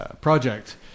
project